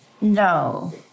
No